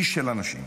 איש של אנשים,